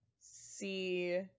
see